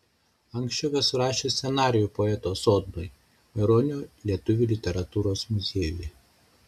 anksčiau esu rašęs scenarijų poeto sodnui maironio lietuvių literatūros muziejuje